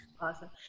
Awesome